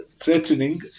threatening